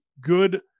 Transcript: good